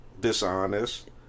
dishonest